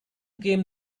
came